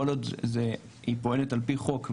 כל עוד היא פועלת לפי חוק,